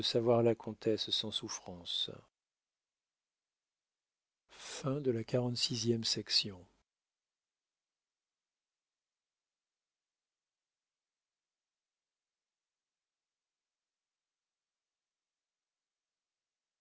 savoir la comtesse sans souffrance